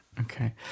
okay